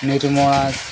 Nirmala